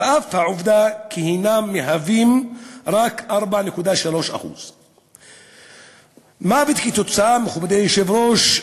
על אף העובדה שהם רק 4.3%. מכובדי היושב-ראש,